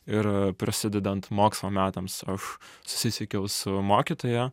ir prasidedant mokslo metams aš susisiekiau su mokytoja